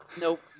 Nope